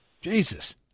Jesus